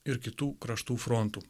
ir kitų kraštų frontu